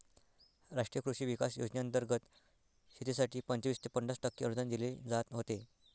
राष्ट्रीय कृषी विकास योजनेंतर्गत शेतीसाठी पंचवीस ते पन्नास टक्के अनुदान दिले जात होते